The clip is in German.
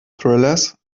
thrillers